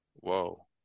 Whoa